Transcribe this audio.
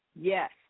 yes